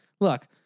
look